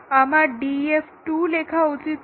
আমার DEF 2 লেখা উচিত ছিল